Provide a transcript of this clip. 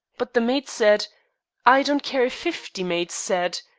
but the maid said i don't care if fifty maids said.